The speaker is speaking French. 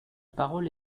parole